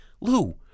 Lou